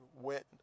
went